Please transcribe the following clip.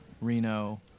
Reno